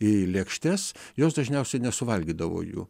į lėkštes jos dažniausiai nesuvalgydavo jų